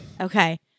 Okay